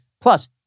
plus